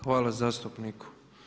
Hvala zastupniku.